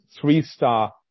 three-star